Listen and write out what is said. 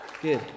Good